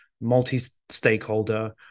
multi-stakeholder